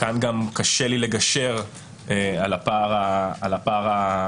כאן גם קשה לי לגשר על הפער הפרשני.